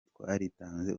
twaritanze